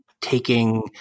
taking